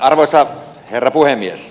arvoisa herra puhemies